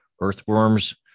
Earthworms